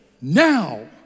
Now